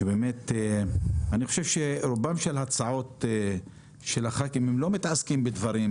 שבאמת אני חושב שרוב ההצעות של חברי הכנסת לא מתעסקים בדברים